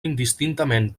indistintament